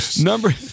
Number